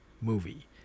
movie